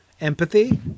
empathy